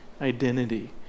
identity